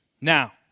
Now